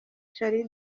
charlie